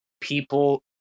people